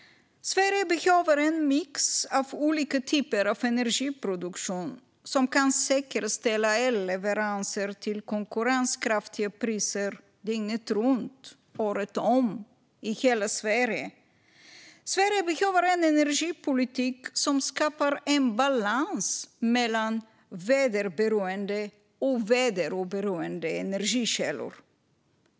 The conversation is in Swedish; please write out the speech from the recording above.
Sverige behöver en mix av olika typer av energiproduktion som kan säkerställa elleveranser till konkurrenskraftiga priser dygnet runt, året om - i hela Sverige. Sverige behöver en energipolitik som skapar en balans mellan väderberoende och väderoberoende energikällor.